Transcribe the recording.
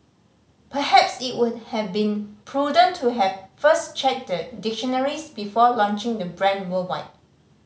perhaps it would have been prudent to have first checked the dictionaries before launching the brand worldwide